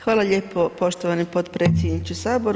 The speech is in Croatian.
Hvala lijepo poštovani potpredsjedniče HS.